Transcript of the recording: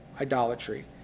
idolatry